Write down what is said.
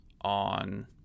on